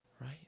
Right